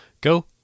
go